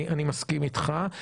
אני מסכים אתך.